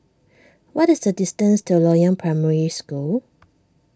what is the distance to Loyang Primary School